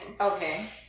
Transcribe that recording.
Okay